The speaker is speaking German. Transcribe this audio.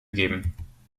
geben